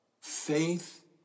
Faith